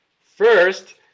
First